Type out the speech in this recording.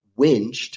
winched